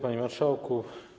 Panie Marszałku!